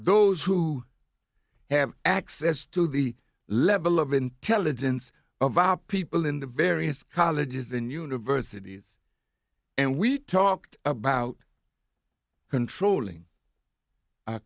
those who have access to the level of intelligence of aa people in the various colleges and universities and we talked about controlling